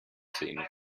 seno